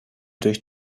durch